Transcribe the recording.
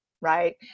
right